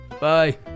Bye